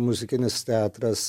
muzikinis teatras